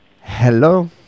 Hello